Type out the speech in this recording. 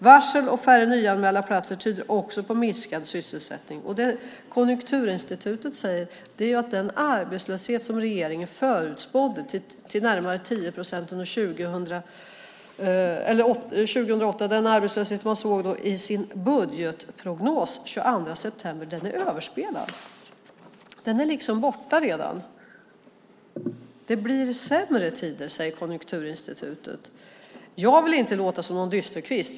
Varsel och färre nyanmälda platser tyder också på minskad sysselsättning. Konjunkturinstitutet säger att den arbetslöshet som regeringen förutspådde i sin budgetprognos den 22 september 2008 är överspelad. Den är liksom redan borta. Det blir sämre tider, säger Konjunkturinstitutet. Jag vill inte låta som någon dysterkvist.